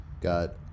Got